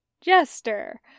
Jester